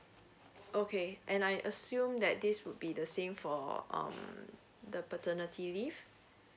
okay and I assume that this would be the same for um the paternity leave